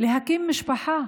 להקים משפחה,